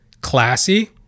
Classy